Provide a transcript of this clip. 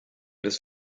des